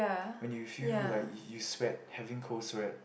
when you feel like you sweat having cold sweat